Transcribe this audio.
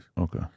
Okay